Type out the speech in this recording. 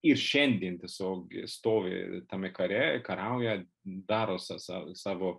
ir šiandien tiesiog stovi ir tame kare kariauja daro sa sa savo